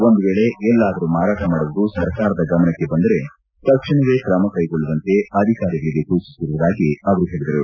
ಒಂದು ವೇಳೆ ಎಲ್ಲಾದರೂ ಮಾರಾಟ ಮಾಡುವುದು ಸರ್ಕಾರದ ಗಮನಕ್ಕೆ ಬಂದರೆ ತಕ್ಷಣವೇ ತ್ರಮ ಕೈಗೊಳ್ಳುವಂತೆ ಅಧಿಕಾರಿಗಳಿಗೆ ಸೂಚಿಸಿರುವುದಾಗಿ ಹೇಳಿದರು